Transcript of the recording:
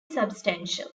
substantial